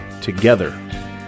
together